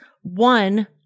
one